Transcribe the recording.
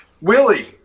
Willie